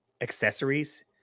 accessories